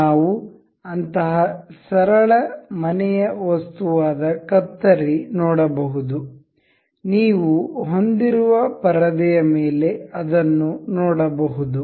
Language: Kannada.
ನಾವು ಅಂತಹ ಸರಳ ಮನೆಯ ವಸ್ತುವಾದ ಕತ್ತರಿ ನೋಡಬಹುದು ನೀವು ಹೊಂದಿರುವ ಪರದೆಯ ಮೇಲೆ ಅದನ್ನು ನೋಡಬಹುದು